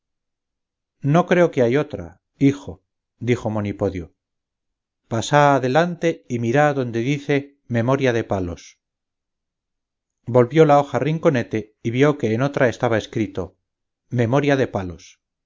no creo que hay otra hijo dijo monipodio pasá adelante y mirá donde dice memoria de palos volvió la hoja rinconete y vio que en otra estaba escrito memoria de palos